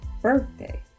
birthday